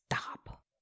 stop